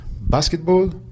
Basketball